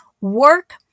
work